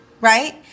Right